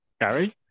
Gary